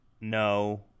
No